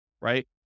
right